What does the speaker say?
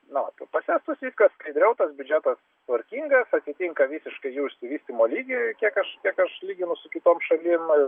na vat o pas estus viskas skaidriau tas biudžetas tvarkingas atitinka visiškai jų išsivystymo lygį kiek aš kiek aš lyginu su kitom šalim